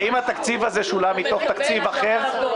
האם התקציב הזה שולם מתוך תקציב אחר?